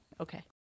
Okay